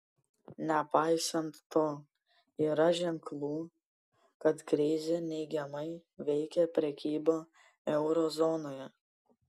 nepaisant to yra ženklų kad krizė neigiamai veikia prekybą euro zonoje